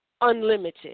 unlimited